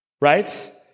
right